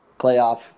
playoff